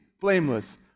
blameless